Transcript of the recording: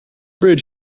bridge